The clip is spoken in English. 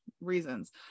reasons